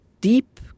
deep